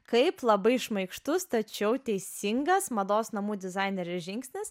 kaip labai šmaikštus tačiau teisingas mados namų dizainerės žingsnis